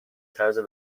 طرز